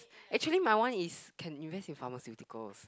actually my one is can invest in pharmaceuticals